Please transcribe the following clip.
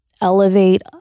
elevate